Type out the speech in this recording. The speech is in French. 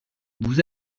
vous